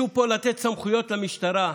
תודה רבה, חבר הכנסת שחאדה.